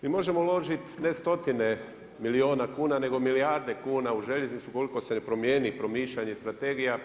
Mi možemo uložiti ne stotine milijuna kuna, nego milijarde kuna u željeznicu ukoliko se ne promjeni promišljanja i strategija.